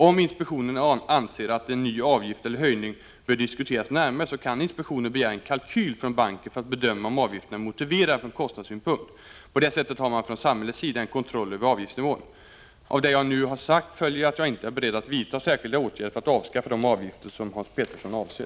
Om inspektionen anser att en ny avgift eller höjning bör diskuteras närmare, kan inspektionen begära en kalkyl från banken för att bedöma om avgiften är motiverad från kostnadssynpunkt. På det sättet har man från samhällets sida en kontroll över avgiftsnivån. Av det jag nu har sagt följer att jag inte är beredd att vidta särskilda åtgärder för att avskaffa de avgifter som Hans Petersson avser.